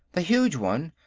the huge one,